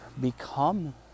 become